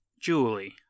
julie